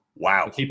Wow